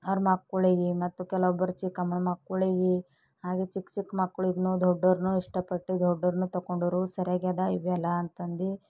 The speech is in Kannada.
ಅವ್ರ ಮಕ್ಕಳಿಗೆ ಮತ್ತು ಕೆಲವೊಬ್ಬರ ಚಿಕ್ಕಮ್ಮನ ಮಕ್ಕಳಿಗೆ ಹಾಗೆ ಚಿಕ್ಕ ಸಿಕ್ಕ ಮಕ್ಕಳಿದ್ದುನೂ ದೊಡ್ಡವ್ರುನೂ ಇಷ್ಟಪಟ್ಟರೂ ದೊಡ್ಡವ್ರೂನು ತಗೊಂಡೋರು ಸರಿಯಾಗಿ ಅದು ಇವೆಲ್ಲ ಅಂತಂದು